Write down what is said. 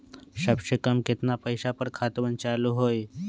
सबसे कम केतना पईसा पर खतवन चालु होई?